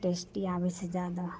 tasty आबै छै जादा